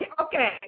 Okay